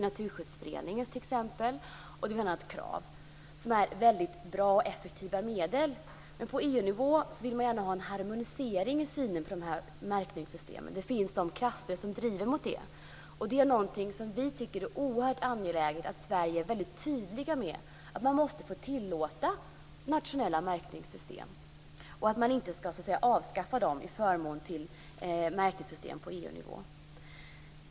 Naturskyddsföreningens system och Krav är väldigt bra och effektiva medel. Men på EU nivå vill man gärna ha en harmonisering i synen på de här märkningssystemen. Det finns krafter som driver mot det. Vi tycker att det är oerhört angeläget att Sverige är tydligt om att man måste få tillåta nationella märkningssystem och att de inte ska avskaffas till förmån för märkningssystem på EU-nivå.